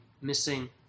missing